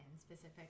specific